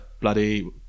bloody